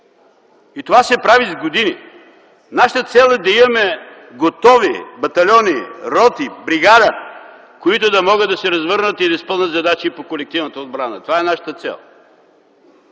И това се прави с години! Нашата цел е да имаме готови батальони, роти, бригада, които да могат да се развърнат и да изпълнят задачи и по колективната отбрана. Това е нашата цел.